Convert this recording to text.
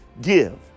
Give